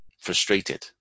frustrated